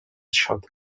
shut